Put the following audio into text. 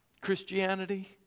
Christianity